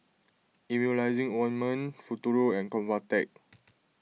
Emulsying Ointment Futuro and Convatec